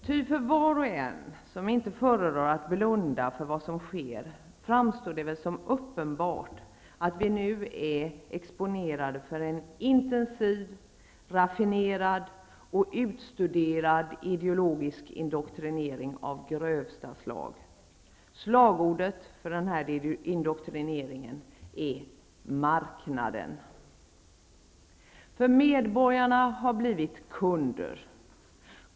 Ty för var och en som inte föredrar att blunda för vad som sker framstår det väl som uppenbart att vi nu är exponerade för en intensiv, raffinerad och utstuderad ideologisk indoktrinering av grövsta slag. Slagordet för den indoktrineringen är Medborgarna har blivit kunder.